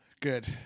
Good